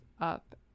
up